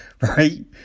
right